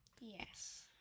Yes